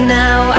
now